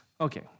Okay